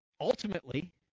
Ultimately